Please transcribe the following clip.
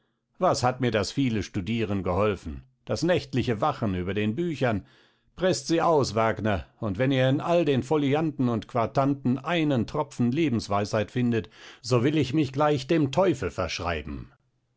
was hat mir das viele studieren geholfen das nächtliche wachen über den büchern presst sie aus wagner und wenn ihr in all den folianten und quartanten einen tropfen lebensweisheit findet so will ich mich gleich dem teufel verschreiben